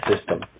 system